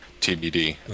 TBD